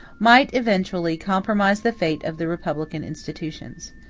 might, eventually, compromise the fate of the republican institutions.